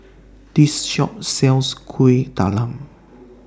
This Shop sells Kueh Talam